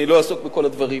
אני לא אעסוק בכל הדברים.